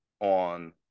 on